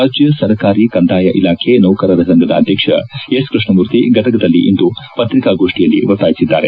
ರಾಜ್ಯ ಸರಕಾರಿ ಕಂದಾಯ ಇಲಾಖೆ ನೌಕರರ ಸಂಘದ ಅಧ್ಯಕ್ಷ ಎಸ್ ಕೃಷ್ಣಮೂರ್ತಿ ಗದಗದಲ್ಲಿಂದು ಪತ್ರಿಕಾಗೋಷ್ಠಿಯಲ್ಲಿ ಒತ್ತಾಯಿಸಿದ್ದಾರೆ